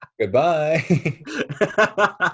goodbye